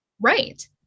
Right